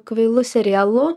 kvailu serialu